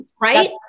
right